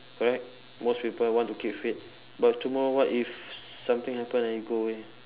correct most people want to keep fit but tomorrow what if something happen and you go away